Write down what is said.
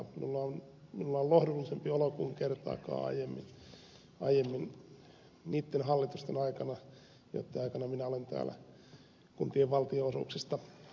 minulla on lohdullisempi olo kuin kertaakaan aiemmin niitten hallitusten aikana joitten aikana minä olen täällä kuntien valtionosuuksista puhunut